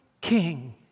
king